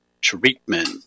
Treatment